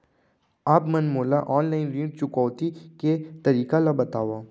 आप मन मोला ऑनलाइन ऋण चुकौती के तरीका ल बतावव?